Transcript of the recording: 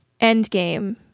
Endgame